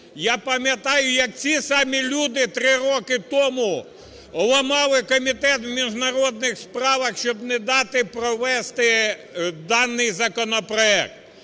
Я пам'ятаю, як ці самі люди три роки тому ламали комітет у міжнародних справах, щоб не дати провести даний законопроект.